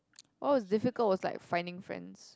orh is difficult was like finding friends